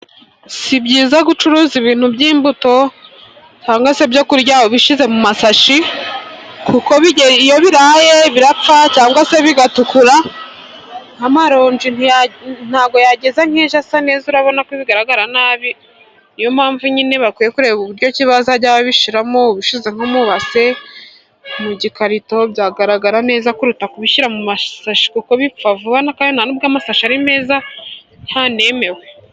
Si byiza gucuruza ibintu by'imbuto cyangwa se ibyo kurya bishyize mu masashi kuko iyo birangiye birapfa cyangwa se bigatukura, nk'amarongi ntabwo yageza nk'ejo asa neza urabona ko bigaragara nabi. Ni yo mpamvu nyine bakwiye kureba uburyo bazajya babishiramo ubushize nk mu ibase, mu gikarito byagaragara neza kuruta kubishyira mu sashi kuko bipfa vuba nubwo amasashi ari meza ntanemewe